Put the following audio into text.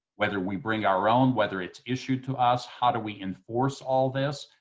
whether we bring our own, whether it's issued to us, how do we enforce all this.